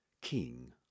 king